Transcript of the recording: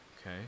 Okay